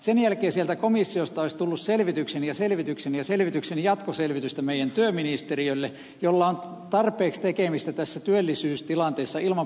sen jälkeen sieltä komissiosta olisi tullut selvityksen ja selvityksen ja selvityksen jatkoselvitystä meidän työministeriölle jolla on tarpeeksi tekemistä tässä työllisyystilanteessa ilman pelleilyä komission kanssa